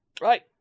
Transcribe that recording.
Right